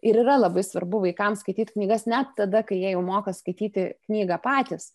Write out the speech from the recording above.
ir yra labai svarbu vaikams skaityt knygas net tada kai jie jau moka skaityti knygą patys